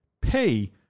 pay